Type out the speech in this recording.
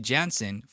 Jansen